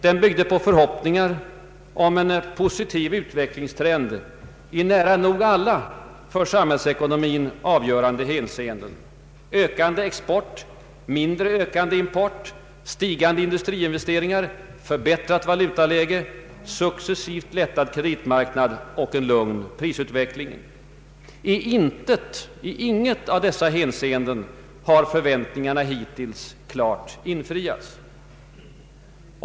Den byggde på förhoppningar om en positiv utvecklingstrend i nära nog alla för samhällsekonomin avgörande hänseenden: ökande export, mindre ökande import, stigande industriinvesteringar, förbättrat valutaläge, successivt lättad kreditmarknad och en lugn prisutveckling. I inget av dessa hänseenden har förväntningarna hittills klart infriats.